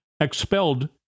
expelled